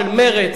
של מרצ,